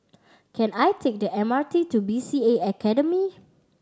can I take the M R T to B C A Academy